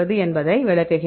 என்பதை விளக்குகிறேன்